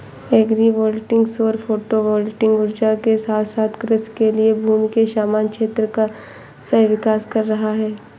agri voltaic सौर photovoltaic ऊर्जा के साथ साथ कृषि के लिए भूमि के समान क्षेत्र का सह विकास कर रहा है